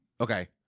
Okay